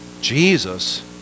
Jesus